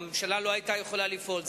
הממשלה לא היתה יכולה לפעול,